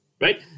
Right